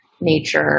nature